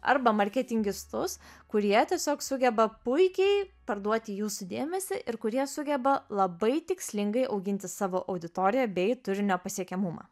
arba marketingistus kurie tiesiog sugeba puikiai parduoti jūsų dėmesį ir kurie sugeba labai tikslingai auginti savo auditoriją bei turinio pasiekiamumą